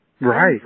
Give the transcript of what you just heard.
right